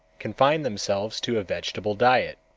confine themselves to a vegetable diet,